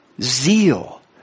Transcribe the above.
zeal